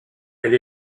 elle